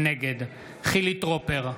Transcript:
נגד חילי טרופר,